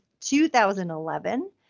2011